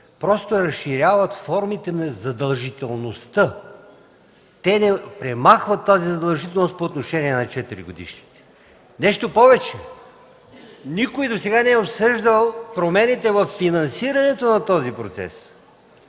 просто разширяват формите на задължителността, а не премахват тази задължителност по отношение на 4-годишните. Нещо повече, никой досега не е обсъждал промените във финансирането на този процес.